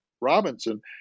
Robinson